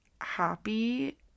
happy